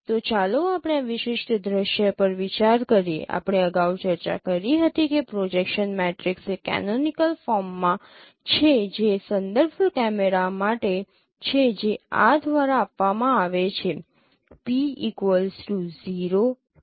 તો ચાલો આપણે આ વિશિષ્ટ દૃશ્ય પર વિચાર કરીએ આપણે અગાઉ ચર્ચા કરી હતી કે પ્રોજેક્શન મેટ્રિક્સ એ કેનોનિકલ ફોર્મમાં છે જે સંદર્ભ કેમેરા માટે છે જે આ દ્વારા આપવામાં આવે છે